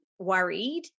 Worried